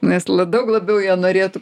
nes labiau labiau jie norėtų